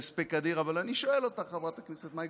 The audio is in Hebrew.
אבל אני שואל אותך, חברת הכנסת מאי גולן, ברצינות: